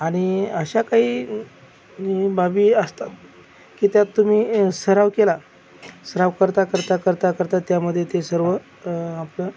आणि अशा काही बाबी असतात की त्यात तुम्ही सराव केला सराव करता करता करता करता त्यामध्ये ते सर्व आप